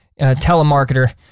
telemarketer